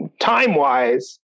time-wise